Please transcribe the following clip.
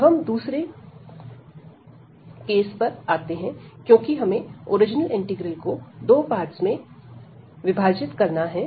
अब हम दूसरे इंटीग्रल पर आते हैं क्योंकि हमें ओरिजिनल इंटीग्रल को 2 पार्ट्स में विभाजित करना है